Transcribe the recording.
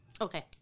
Okay